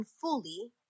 fully